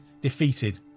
defeated